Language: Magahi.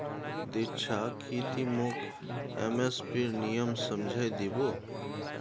दीक्षा की ती मोक एम.एस.पीर नियम समझइ दी बो